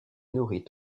nourrit